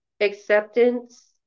acceptance